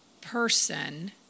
person